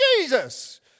Jesus